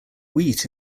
wheat